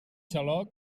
xaloc